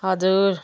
हजुर